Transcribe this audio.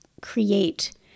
create